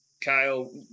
Kyle